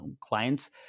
clients